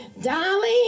Dolly